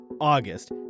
August